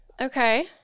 Okay